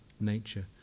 nature